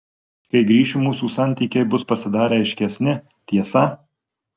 kai grįšiu mūsų santykiai bus pasidarę aiškesni tiesa